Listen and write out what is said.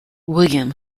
william